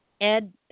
Ed